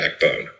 backbone